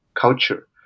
culture